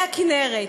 מהכינרת,